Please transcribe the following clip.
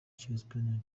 kigali